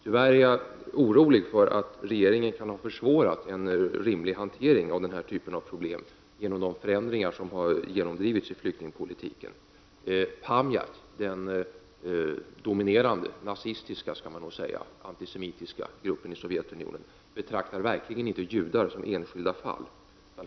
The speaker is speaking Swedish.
Tyvärr är jag orolig för att regeringen kan ha försvårat en rimlig hantering av den här typen av problem genom de förändringar som har genomdrivits i flyktingpolitiken. Pamjat, den dominerande — nazistiska, skall man nog säga — antisemitistiska gruppen i Sovjetunionen betraktar verkligen inte judar som enskilda fall.